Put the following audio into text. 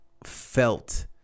felt